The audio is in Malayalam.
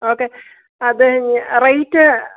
ഓക്കെ അത് ഞ റേറ്റ്